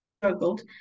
struggled